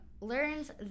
learns